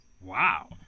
wow